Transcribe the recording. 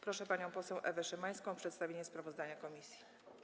Proszę panią poseł Ewę Szymańską o przedstawienie sprawozdania komisji.